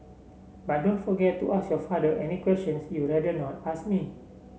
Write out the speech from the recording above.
but don't forget to ask your father any question you'd rather not ask me